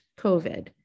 COVID